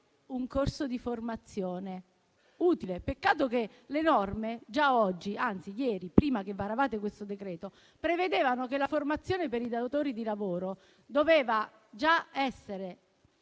un corso di formazione. Utile, peccato che le norme da oggi, anzi già da ieri, prima che varaste questo decreto, prevedevano che la formazione per i datori di lavoro dovesse essere